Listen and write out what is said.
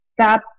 stop